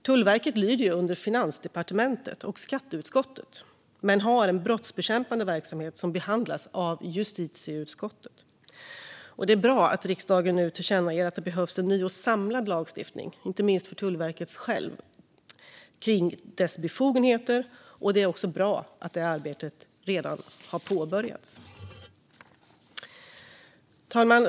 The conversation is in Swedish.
Tullverket lyder under Finansdepartementet och skatteutskottet, men har en brottsbekämpande verksamhet som behandlas av justitieutskottet. Det är bra, inte minst för Tullverket självt, att riksdagen nu tillkännager att det behövs en ny och samlad lagstiftning kring tullens befogenheter. Det är också bra att det arbetet redan har påbörjats. Fru talman!